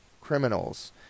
criminals –